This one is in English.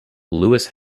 lewis